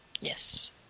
Yes